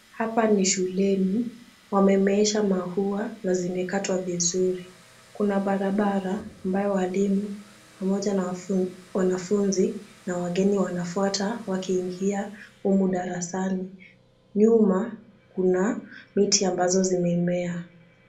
Hapa ni shuleni, wamemeesha maua na zimekatwa vizuri. Kuna barabara ambayo walimu pamoja na wanafunzi na wageni wanafuata wakiingia humu darasani. Nyuma kuna miti ambazo zimemea.